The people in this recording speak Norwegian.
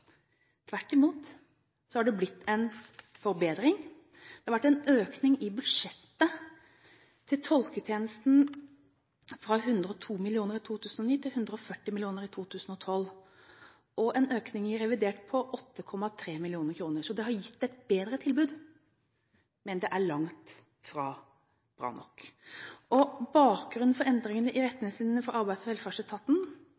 tvert imot blitt en forbedring. Det har vært en økning i budsjettet til tolketjenesten fra 102 mill. kr i 2009 til 140 mill. kr i 2012, og det har vært en økning i revidert nasjonalbudsjett på 8,3 mill. kr. Det har gitt et bedre tilbud, men det er langt fra bra nok. Bakgrunnen for endringene i